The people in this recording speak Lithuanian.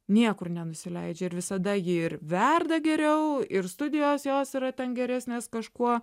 niekur nenusileidžia ir visada ji ir verda geriau ir studijos jos yra ten geresnės kažkuo